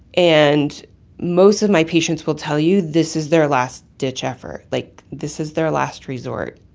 and most of my patients will tell you this is their last-ditch effort. like, this is their last resort.